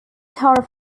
tower